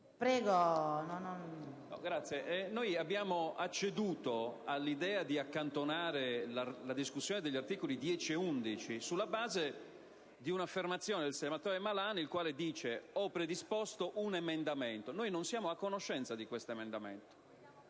abbiamo acceduto all'idea di accantonare la discussione degli articoli 10 e 11 sulla base di un'affermazione del senatore Malan, il quale dice di aver predisposto un nuovo emendamento. Noi non siamo a conoscenza del suo contenuto;